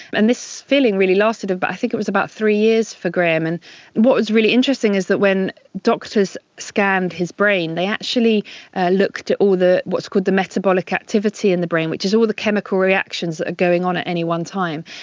and this feeling really lasted, but i think it was about three years for grahame. and what was really interesting was that when doctors scanned his brain, they actually looked at all the what's called the metabolic activity in the brain, which is all the chemical reactions that are going on at any one time.